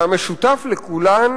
שהמשותף לכולן